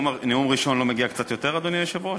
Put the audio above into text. בנאום ראשון לא מגיע קצת יותר, אדוני היושב-ראש?